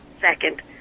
second